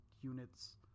units